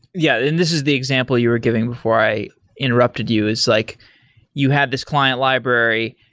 yeah, and this is the example you are giving before i interrupted you, is like you have this client library.